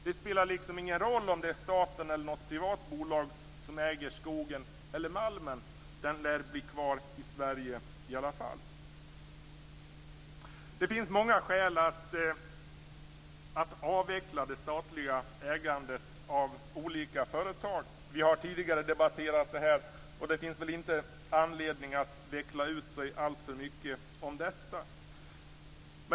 Det spelar ingen roll om det är staten eller något privat bolag som äger skogen eller malmen - den lär bli kvar i Sverige i alla fall. Det finns många skäl att avveckla det statliga ägandet av olika företag. Vi har tidigare debatterat det här, och det finns väl inte anledning att veckla ut sig alltför mycket om det.